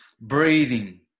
breathing